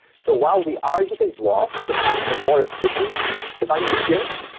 so while we are using dwarf to have a more efficient debugging experience,